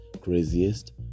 craziest